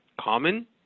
common